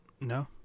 No